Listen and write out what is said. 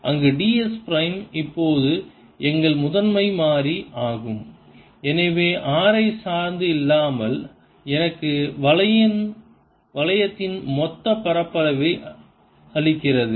அங்கு ds prime இப்போது எங்கள் முதன்மை மாறி ஆகும் எனவே r ஐ சார்ந்து இல்லாமல் எனக்கு வளையத்தின் மொத்த பரப்பளவை அளிக்கிறது